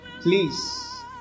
please